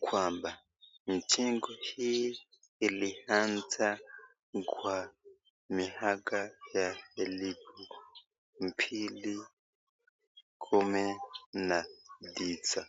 kwamba mjengo hii ilianza kwa miaka ya elfu mbili kumi na tisa.